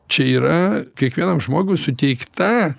čia yra kiekvienam žmogui suteikta